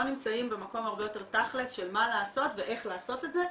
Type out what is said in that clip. נמצאים במקום הרבה יותר תכלס של מה לעשות ואיך לעשות את זה,